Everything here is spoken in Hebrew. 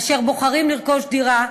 אשר בוחרים לרכוש דירה.